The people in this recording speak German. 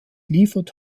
liefert